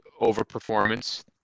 overperformance